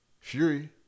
Fury